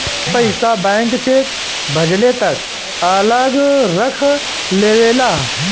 ई पइसा bank cheque भजले तक अलग रख लेवेला